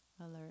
alert